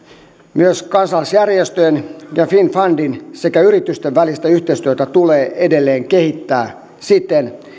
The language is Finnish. myös kansalaisjärjestöjen ja finnfundin sekä yritysten välistä yhteistyötä tulee edelleen kehittää siten